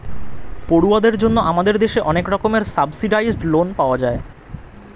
পড়ুয়াদের জন্য আমাদের দেশে অনেক রকমের সাবসিডাইস্ড্ লোন পাওয়া যায়